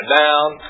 down